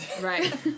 Right